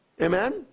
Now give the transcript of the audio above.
Amen